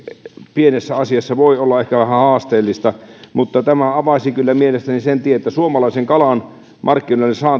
pienessä asiassa voi olla ehkä vähän haasteellista mutta tämä avaisi kyllä mielestäni sen tien että suomalaisen kalan markkinoita